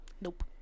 nope